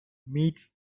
meets